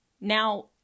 Now